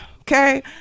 okay